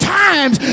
times